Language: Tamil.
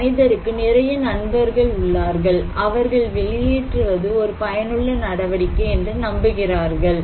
அந்த மனிதருக்கு நிறைய நண்பர்கள் உள்ளார்கள் அவர்கள் வெளியேற்றுவது ஒரு பயனுள்ள நடவடிக்கை என்று நம்புகிறார்கள்